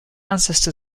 ancestor